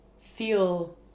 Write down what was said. feel